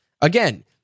Again